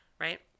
right